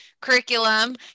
curriculum